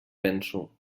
penso